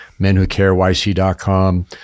menwhocareyc.com